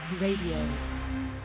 Radio